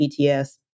PTS